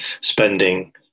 spending